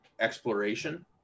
exploration